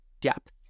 Depth